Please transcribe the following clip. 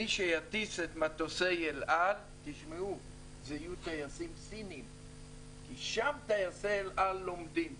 מי שיטיס את מטוסי אל על יהיו טייסים סינים כי שם טייסי אל על לומדים.